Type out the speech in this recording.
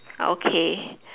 okay